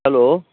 hello